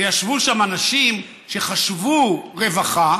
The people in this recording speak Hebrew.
וישבו שם אנשים שחשבו רווחה